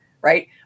Right